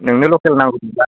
नोंनो लकेल नांगौ होमब्ला